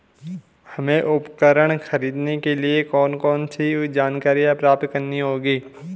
हमें उपकरण खरीदने के लिए कौन कौन सी जानकारियां प्राप्त करनी होगी?